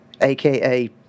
aka